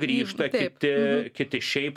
grįžta kiti kiti šiaip